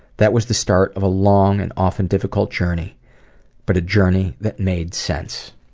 that was the start of a long and often difficult journey but a journey that made sense.